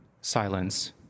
Silence